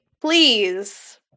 Please